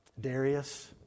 Darius